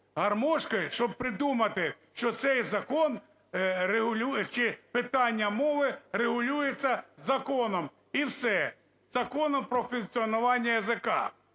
гармошкой, щоби придумати, що цей закон регулює чи питання мови регулюється законом, і все, Законом про функціонування язика